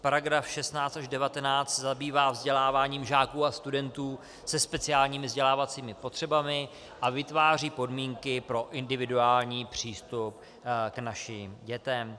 § 16 až 19 se zabývá vzděláváním žáků a studentů se speciálními vzdělávacími potřebami a vytváří podmínky pro individuální přístup k našim dětem.